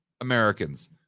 Americans